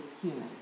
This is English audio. human